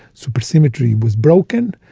supersymmetry was broken,